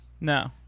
No